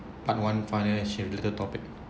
part one financial related topic